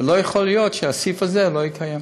ולא יכול להיות שאת הסעיף הזה לא יקיים.